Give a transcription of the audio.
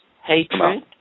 Hatred